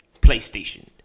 PlayStation